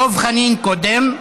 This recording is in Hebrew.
דב חנין קודם.